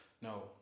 no